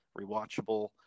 rewatchable